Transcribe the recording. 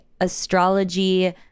astrology